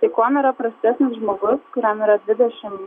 tai kuom yra prastesnis žmogus kuriam yra dvidešim